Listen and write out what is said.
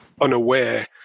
unaware